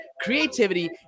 creativity